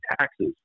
taxes